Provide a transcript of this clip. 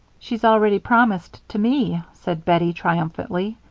she's already promised to me, said bettie, triumphantly.